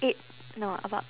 eight no about